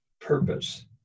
purpose